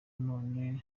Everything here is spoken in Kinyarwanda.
none